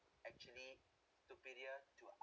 actually superior to